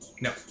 No